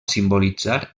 simbolitzar